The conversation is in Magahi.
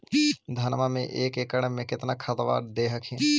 धनमा मे एक एकड़ मे कितना खदबा दे हखिन?